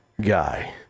guy